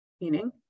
meaning